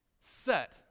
set